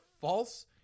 false